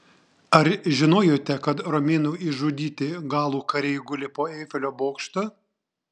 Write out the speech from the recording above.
ar žinojote kad romėnų išžudyti galų kariai guli po eifelio bokštu